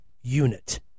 unit